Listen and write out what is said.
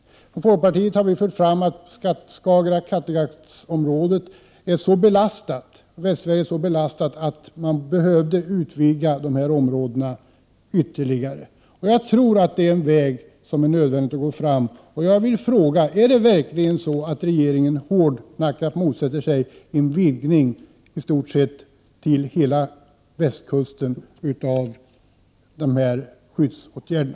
Från folkpartiet har vi fört fram att Skagerack-Kattegatt-området, dvs. Västsverige, är så belastat att antalet miljöskyddsområden behöver ytterligare utökas. Jag tror att det är en väg som det är nödvändigt att gå fram på. Jag vill då fråga: Är det verkligen så att regeringen hårdnackat motsätter sig en sådan utvidgning att i stort sett hela västkusten kommer att omfattas av dessa skyddsåtgärder?